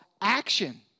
action